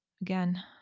Again